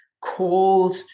called